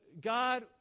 God